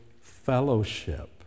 fellowship